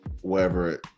wherever